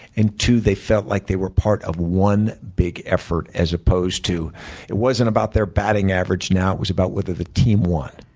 and, two. they felt like they were part of one big effort, as opposed to it wasn't about their batting average now, it was about whether the team won.